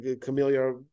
Camellia